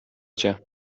cię